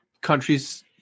countries